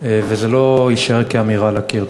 ושזה לא יישאר כאמירה על הקיר.